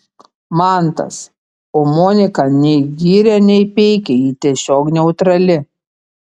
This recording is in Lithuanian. mantas o monika nei giria nei peikia ji tiesiog neutrali